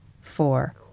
four